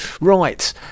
right